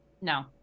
No